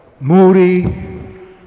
moody